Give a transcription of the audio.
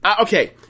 okay